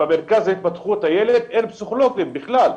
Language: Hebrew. במרכז להתפתחות הילד אין פסיכולוגים בכלל.